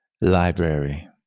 library